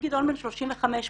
בן 35,